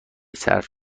صرف